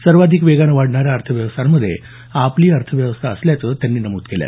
सर्वाधिक वेगानं वाढणाऱ्या अर्थव्यवस्थांमध्ये आपली अर्थव्यवस्था असल्याचं त्यांनी नमूद केलं